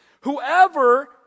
Whoever